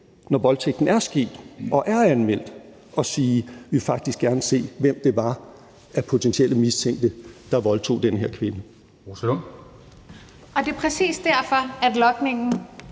når voldtægten er sket og er anmeldt, og sige, at vi faktisk gerne vil se, hvem det var af potentielle mistænkte, der voldtog den her kvinde. Kl. 10:49 Formanden